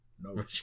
No